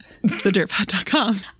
TheDirtPot.com